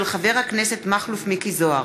של חבר הכנסת מכלוף מיקי זוהר,